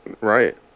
Right